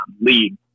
lead